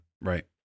right